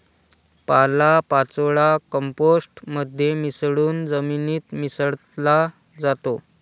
पालापाचोळा कंपोस्ट मध्ये मिसळून जमिनीत मिसळला जातो